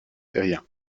terrien